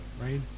right